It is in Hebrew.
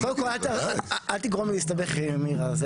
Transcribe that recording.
קודם כל אל תגרום לי להסתבך עם מירה.